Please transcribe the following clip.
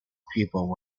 people